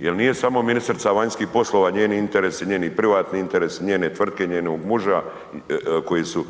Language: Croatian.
Jer nije samo ministrica vanjskih poslova, njeni interesi i njeni privatni interesi i njene tvrtke i njenog muža koji su